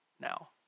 now